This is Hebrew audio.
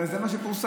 וזה מה שפורסם,